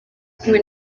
kumwe